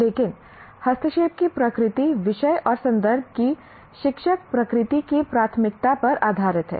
लेकिन हस्तक्षेप की प्रकृति विषय और संदर्भ की शिक्षक प्रकृति की प्राथमिकता पर आधारित है